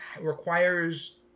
requires